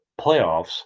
playoffs